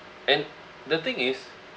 and the thing is